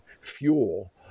fuel